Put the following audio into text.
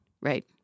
Right